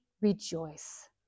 rejoice